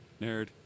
Nerd